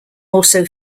also